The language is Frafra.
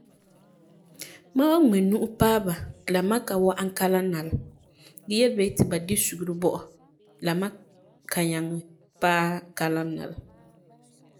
Mam wan ŋmɛ nuo paɛ ba la mam n ka wa'am kalam na la gee yele ba yeti, ba di suŋeri bɔ'ɔra la mam ka nyaŋɛ paɛ kalam na la.